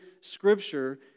scripture